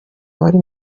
abari